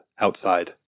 Outside